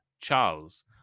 Charles